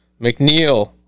McNeil